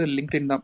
LinkedIn